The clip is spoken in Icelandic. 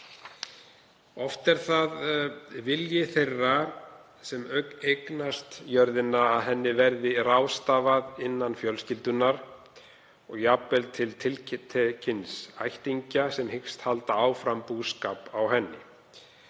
Oft er það vilji þeirra sem eignast jörðina að henni verði ráðstafað innan fjölskyldunnar og jafnvel til tiltekins ættingja sem hyggst halda áfram búskap á henni.